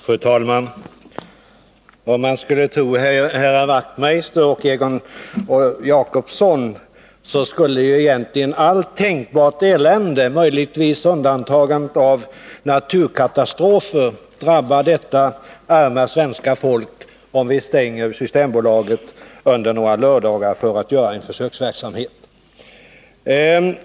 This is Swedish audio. Fru talman! Om man skulle tro herrar Knut Wachtmeister och Egon Jacobsson skulle ju egentligen allt tänkbart elände — möjligtvis med undantag för naturkatastrofer — drabba detta arma svenska folk, ifall vi stänger Systembolaget under några lördagar för att genomföra en försöksverksamhet.